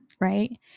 right